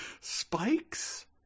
Spikes